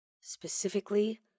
specifically